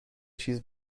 چیز